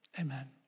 Amen